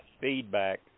feedback